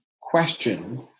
question